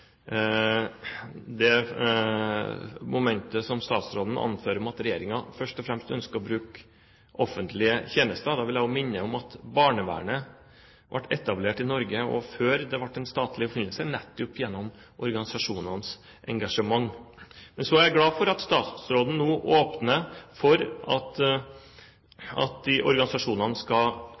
og fremst ønsker å bruke offentlige tjenester. Da vil jeg også minne om at barnevernet ble etablert i Norge også før det ble en statlig oppfinnelse, nettopp gjennom organisasjonenes engasjement. Så er jeg glad for at statsråden nå åpner for at disse organisasjonenes kapasiteter og ressurser på området skal